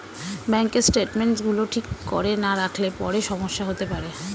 ব্যাঙ্কের স্টেটমেন্টস গুলো ঠিক করে না রাখলে পরে সমস্যা হতে পারে